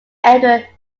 edward